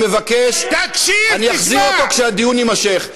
אני אחזיר אותו כשהדיון יימשך.